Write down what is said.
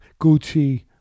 Gucci